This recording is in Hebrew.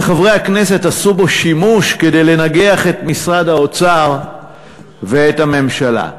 שחברי הכנסת עשו בו שימוש כדי לנגח את משרד האוצר ואת הממשלה.